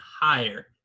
higher